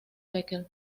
becker